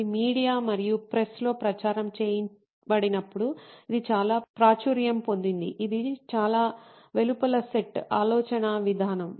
ఇది మీడియా మరియు ప్రెస్లలో ప్రచారం చేయబడినప్పుడు ఇది చాలా ప్రాచుర్యం పొందింది ఇది చాలా వెలుపల సెట్ ఆలోచనా విధానం